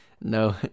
No